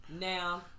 Now